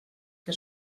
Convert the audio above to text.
que